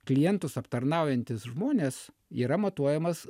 klientus aptarnaujantys žmonės yra matuojamas